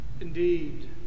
Indeed